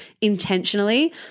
intentionally